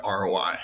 ROI